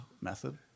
method